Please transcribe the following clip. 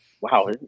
wow